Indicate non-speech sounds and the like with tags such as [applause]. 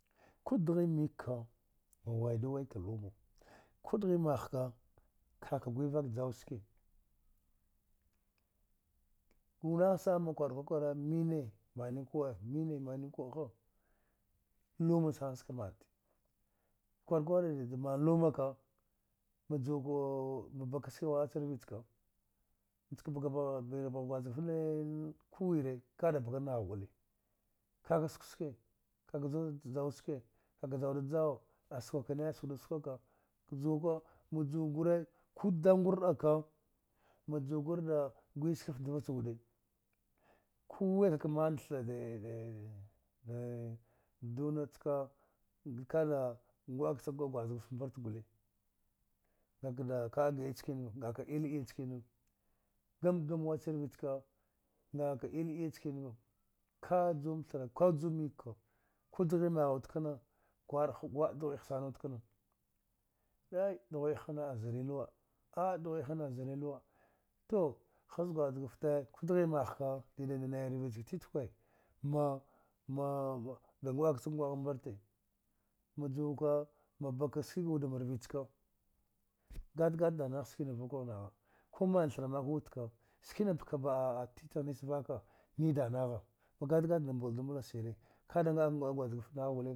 Ku dghi mikka an waidu walka luma ku dghi mah ka kaka gwi vak jau ske ga nah na sana kwarka kwara mine mani ku'a mine mani ku'a ha luma sana ska mante kwar kwara dida man lumaka majuwa ka mabaka ski wach rvichka nchka bakabagh birbagh gwazgaft nii kuwire ka da baka nagh guli kaka suk ske ka ka ju da jau ske kaka jau du jawa a sukukane a suk du sukuka juwaka ma juwa gure kud dangur aka ma juwa gur da gwi skift dva cha wude kuwe kaka man [hesitation] de duna chka kada ngw'a chaq ngu'a gwajgaft mbar gule nga ka da ka'a gi'a chkaniva nga ka il iya nchkaniva gamkagam wacha rvi chka ngaka ii iyan chkanav ka jumtha ku jumik kja ku dghi magh wud kna kwar ha gwa'a dghwi aha sana wude kna yey dghwiaha na azari luwa a'a dghwi aha na azari luwa tu haz gwajgafte ku dghi mah ka dida nai rvi shka itkwe ma mama da ngu'a chag ngu'agh mbarte ma juwa ka mabaka ski ga wud mrvichka ka gatagat danghes skina vukagh nagha ku man thara mak wud ka skina pka ba'a'a titagh nich vaka nidanagha magat gat kana mbaldu mbla shire ka'ada nga'aku nga'a gwajgaft nagh guli